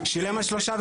הוא שילם על שלושה.